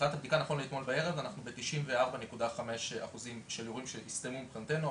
בערב נבדקו כבר 94.5% מהערעורים והסתיימו.